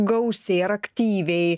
gausiai ar aktyviai